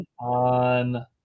on